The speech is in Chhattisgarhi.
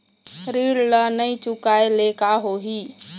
ऋण ला नई चुकाए ले का होही?